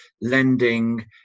lending